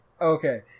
Okay